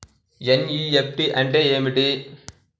NEFT అంటే ఏమిటీ?